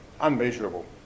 unmeasurable